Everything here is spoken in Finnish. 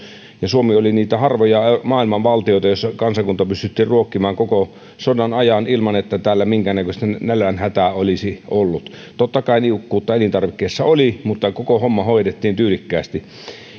ja suomi oli niitä harvoja maailman valtioita joissa kansakunta pystyttiin ruokkimaan koko sodan ajan ilman että täällä minkäännäköistä nälänhätää olisi ollut totta kai niukkuutta elintarvikkeissa oli mutta koko homma hoidettiin tyylikkäästi